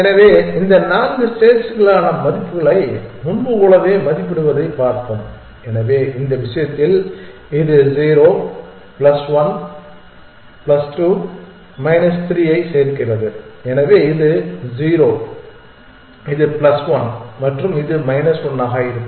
எனவே இந்த நான்கு ஸ்டேட்ஸ்களுக்கான மதிப்புகளை முன்பு போலவே மதிப்பிடுவதைப் பார்ப்போம் எனவே இந்த விஷயத்தில் இது 0 பிளஸ் 1 பிளஸ் 2 மைனஸ் 3 ஐ சேர்க்கிறது எனவே இது 0 இது பிளஸ் ஒன் மற்றும் இது மைனஸ் 1 ஆக இருக்கும்